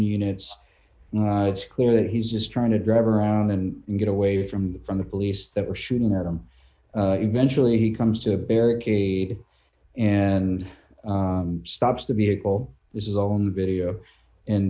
units it's clear that he's just trying to drive around and get away from from the police that are shooting at him eventually he comes to a barricade and stops the vehicle this is own video and